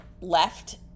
left